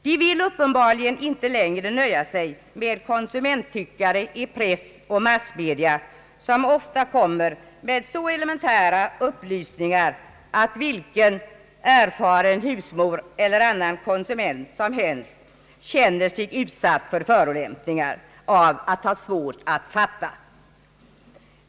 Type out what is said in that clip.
De vill uppenbarligen inte längre nöja sig med konsumenttyckare i press och massmedia, som ofta kommer med så elementära upplysningar att vilken erfaren husmoder eller annan konsument som helst känner sig utsatt för förolämpningen att ha svårt att fatta.